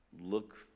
look